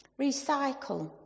recycle